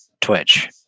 Twitch